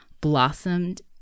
blossomed